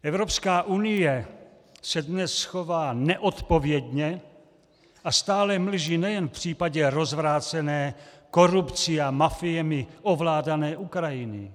Evropská unie se dnes chová neodpovědně a stále mlží nejen v případě rozvrácené, korupcí a mafiemi ovládané Ukrajiny.